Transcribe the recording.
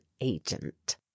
agent